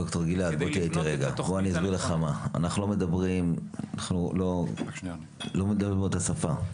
ד"ר גלעד, אנחנו לא מדברים באותה שפה.